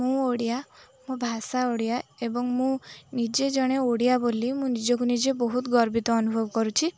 ମୁଁ ଓଡ଼ିଆ ମୋ ଭାଷା ଓଡ଼ିଆ ଏବଂ ମୁଁ ନିଜେ ଜଣେ ଓଡ଼ିଆ ବୋଲି ମୁଁ ନିଜକୁ ନିଜେ ବହୁତ ଗର୍ବିତ ଅନୁଭବ କରୁଛି